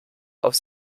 auf